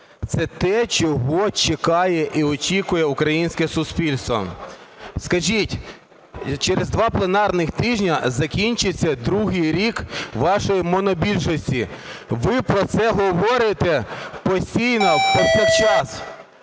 це те, чого чекає і очікує українське суспільство. Скажіть, через два пленарні тижні закінчиться другий рік вашої монобільшості, ви про це говорите постійно, повсякчас,